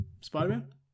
Spider-Man